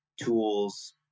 tools